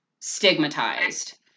stigmatized